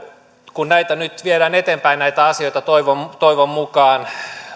kun näitä asioita nyt viedään eteenpäin toivon toivon mukaan